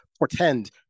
Pretend